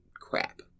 crap